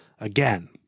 again